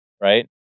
right